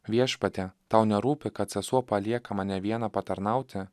viešpatie tau nerūpi kad sesuo palieka mane vieną patarnauti